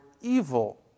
evil